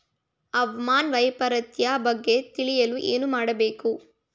ಹವಾಮಾನ ವೈಪರಿತ್ಯದ ಬಗ್ಗೆ ತಿಳಿಯಲು ಏನು ಮಾಡಬೇಕು?